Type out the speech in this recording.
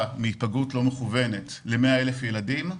מהיפגעות לא מכוונת ל-100,000 ילדים.